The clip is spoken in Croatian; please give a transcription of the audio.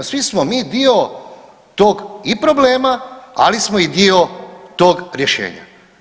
Svi smo mi dio tog i problema, ali smo i dio tog rješenja.